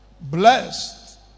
Blessed